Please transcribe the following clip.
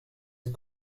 son